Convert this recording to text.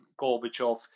gorbachev